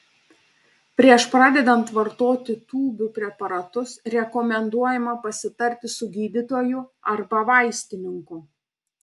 prieš pradedant vartoti tūbių preparatus rekomenduojama pasitarti su gydytoju arba vaistininku